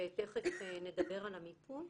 ותכף נדבר על המיפוי.